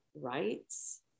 rights